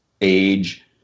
age